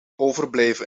overblijven